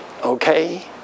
okay